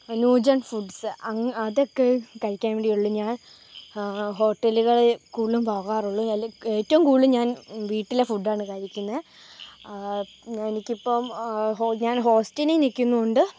new gen foods അങ്ങനെ അതൊക്കെ കഴിക്കാൻ വേണ്ടി ഉള്ളു ഞാൻ ഹോട്ടലുകളിൽ കൂടുതലും പോകാറുള്ളു അല്ലേ ഏറ്റവും കൂടുതൽ ഞാൻ വീട്ടിലെ ഫുഡ്ഡാണ് കഴിക്കുന്നത് എനിക്ക് ഇപ്പം ഹോ ഞാൻ ഹോസ്റ്റലിൽ നിൽക്കുന്നത് കൊണ്ട്